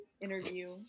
interview